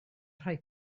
rhoi